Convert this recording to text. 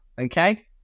okay